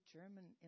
German